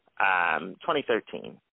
2013